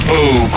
Boo